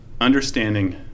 Understanding